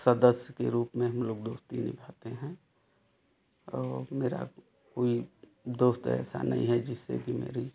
सदस्य के रूप में हम लोग दोस्ती निभाते हैं और मेरा कोई दोस्त ऐसा नहीं है जिससे कि मेरी